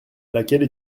laquelle